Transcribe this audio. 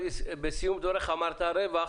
בסיום דבריך אמרת רווח,